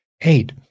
Eight